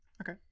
Okay